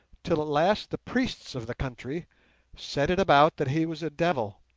till at last the priests of the country set it about that he was a devil,